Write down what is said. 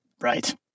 Right